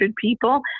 people